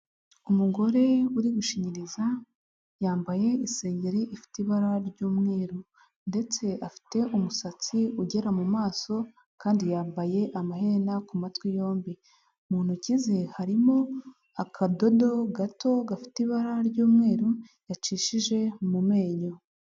Umugore uri gushinyiriza, yambaye isengeri ifite ibara ry'umweru ndetse afite umusatsi ugera mu maso kandi yambaye amaherena ku matwi yombi, mu ntoki ze harimo akadodo gato gafite ibara ry'umweru, yacishije mu menyo.